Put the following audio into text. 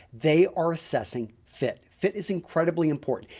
they are assessing fit. fit is incredibly important.